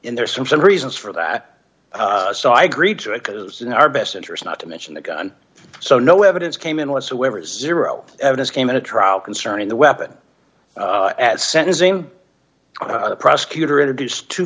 in there's some some reasons for that so i agreed to it because in our best interest not to mention the gun so no evidence came in whatsoever zero evidence came in a trial concerning the weapon at sentencing the prosecutor introduced t